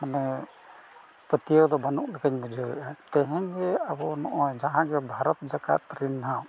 ᱢᱟᱱᱮ ᱯᱟᱹᱛᱭᱟᱹᱣ ᱫᱚ ᱵᱟᱹᱱᱩᱜ ᱞᱮᱠᱟᱧ ᱵᱩᱡᱷᱟᱹᱣᱮᱜᱼᱟ ᱛᱮᱦᱮᱧ ᱡᱮ ᱟᱵᱚ ᱱᱚᱜᱼᱚᱭ ᱡᱟᱦᱟᱸᱜᱮ ᱵᱷᱟᱨᱚᱛ ᱡᱟᱠᱟᱛ ᱨᱮᱱᱟᱜ